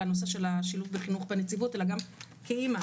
הנושא של השילוב בחינוך בנציבות אלא גם כאמא,